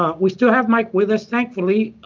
ah we still have mike with us, thankfully.